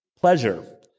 Pleasure